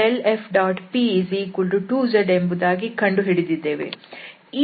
p2z ಎಂಬುದಾಗಿ ಕಂಡುಹಿಡಿದಿದ್ದೇವೆ